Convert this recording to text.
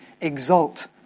exult